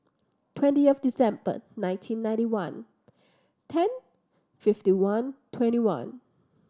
twentieth December nineteen ninety one ten fifty one twenty one